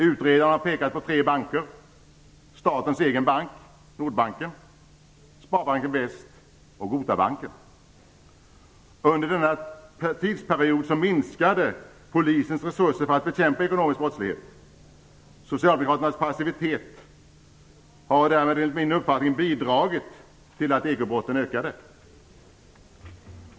Utredaren har pekat på tre banker: statens egen bank, Under denna tidsperiod minskade polisens resurser för att bekämpa ekonomisk brottslighet. Socialdemokraternas passivitet har därmed enligt min uppfattning bidragit till att ekobrotten ökade.